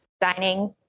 dining